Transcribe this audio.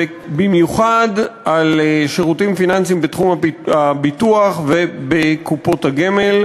ובמיוחד על שירותים פיננסיים בתחום הביטוח ובקופות הגמל,